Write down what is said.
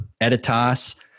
Editas